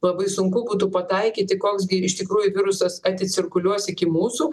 labai sunku būtų pataikyti koks gi iš tikrųjų virusas aticirkuliuos iki mūsų